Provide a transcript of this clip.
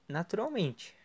naturalmente